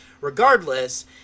regardless